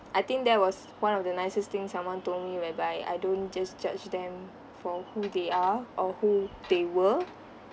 I think that was one of the nicest thing someone told me whereby I don't just judge them for who they are or who they were